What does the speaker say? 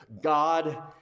God